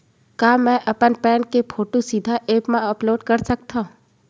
का मैं अपन पैन के फोटू सीधा ऐप मा अपलोड कर सकथव?